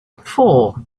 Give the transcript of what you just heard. four